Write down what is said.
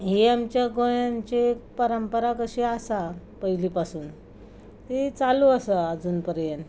हें आमच्या गोंयान जी परंपरा कशी आसा पयलीं पासून ती चालू आसा आजून पर्यंत